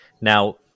Now